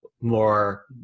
more